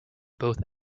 both